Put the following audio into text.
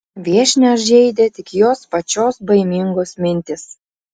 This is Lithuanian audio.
viešnią žeidė tik jos pačios baimingos mintys